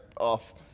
off